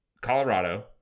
Colorado